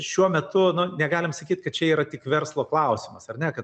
šiuo metu nu negalim sakyt kad čia yra tik verslo klausimas ar ne kad